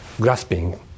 grasping